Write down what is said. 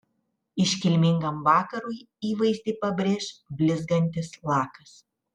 iškilmingam vakarui įvaizdį pabrėš blizgantis lakas